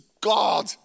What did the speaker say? God